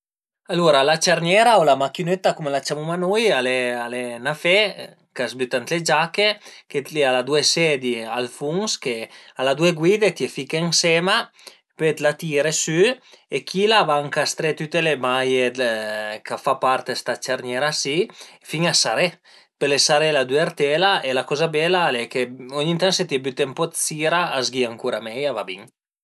Alura la cerniera u la machinëtta cume la ciamuma nui al e al e ün afé ch'a së büta ën le giache, che al a due sedi al funs che al a due guide che fiche ënsema, pöi t'la tire sü e chila a va ëncastré tüte le maie ch'a fan part dë sta cerniera si fin a saré, pöle sarela u düvertela e la coza bela al e che ogni tant se t'ie büte ën po dë sira a z-ghìa ancura mei e a va bin